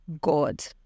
God